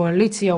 קואליציה,